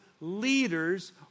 Leaders